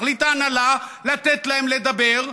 תחליט ההנהלה לתת להם לדבר,